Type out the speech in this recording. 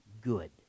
good